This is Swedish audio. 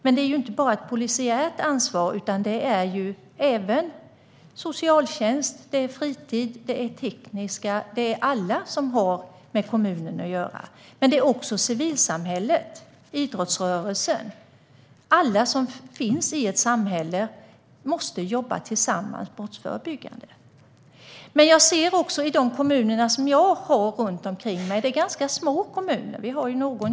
Men det är inte bara ett polisiärt ansvar, utan det är även fråga om socialtjänst, fritidsverksamhet och teknisk verksamhet. Det gäller alla som har med kommunen att göra. Vidare gäller det också civilsamhället och idrottsrörelsen. Alla som finns i ett samhälle måste jobba tillsammans med det brottsförebyggande. Jag ser också de små kommunerna som finns runt omkring mig.